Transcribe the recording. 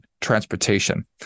transportation